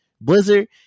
blizzard